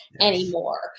anymore